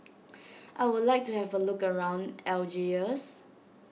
I would like to have a look around Algiers